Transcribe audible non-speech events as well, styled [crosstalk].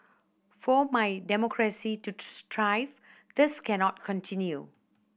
for my democracy to [unintelligible] thrive this cannot continue